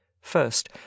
first